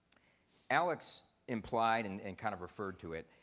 alex implied and and kind of referred to it,